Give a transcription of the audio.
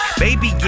baby